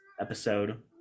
episode